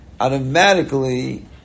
automatically